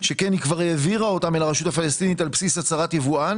שכן היא כבר העבירה אותם אל הרשות הפלסטינית על בסיס הצהרת יבואן